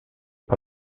par